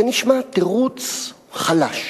זה נשמע תירוץ חלש,